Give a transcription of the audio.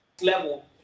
level